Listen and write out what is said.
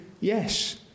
yes